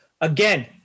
again